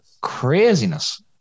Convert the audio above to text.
craziness